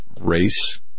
race